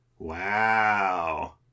wow